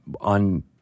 on